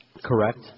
Correct